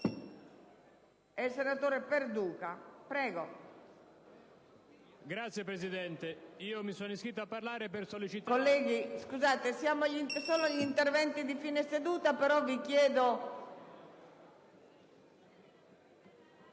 Signora Presidente, mi sono iscritto a parlare per sollecitare